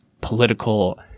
political